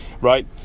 right